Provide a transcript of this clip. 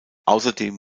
außerdem